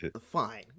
Fine